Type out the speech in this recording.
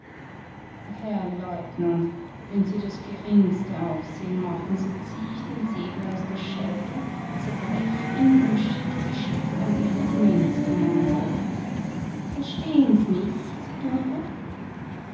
herr leutnant wenn sie das geringste aufsehen machen so zieh ich den säbel aus der scheide zerbrech ihn und schick die stück an ihr regimentskommando versteh'n sie mich sie